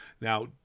Now